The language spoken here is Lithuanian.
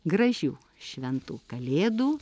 gražių šventų kalėdų